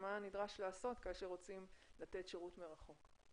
למה נדרש לעשות כאשר רוצים לתת שירות מרחוק.